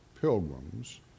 pilgrims